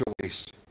choice